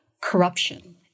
corruption